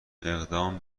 اقدام